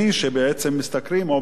או בעצם אפשר להגיד משתכרים,